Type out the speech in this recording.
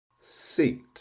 Seat